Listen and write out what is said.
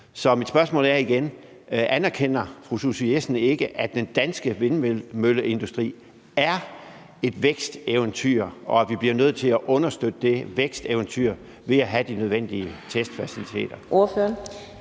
Susie Jessen ikke, at den danske vindmølleindustri er et væksteventyr, og at vi bliver nødt til at understøtte det væksteventyr ved at have de nødvendige testfaciliteter?